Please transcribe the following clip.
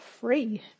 free